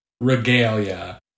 regalia